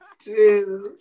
Jesus